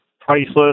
priceless